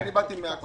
אני באתי מעכו,